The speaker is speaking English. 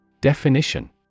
Definition